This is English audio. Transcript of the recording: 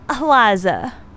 Eliza